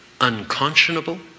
unconscionable